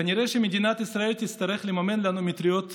כנראה שמדינת ישראל תצטרך לממן לנו מטריות מברזל,